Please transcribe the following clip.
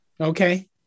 Okay